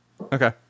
Okay